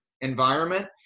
environment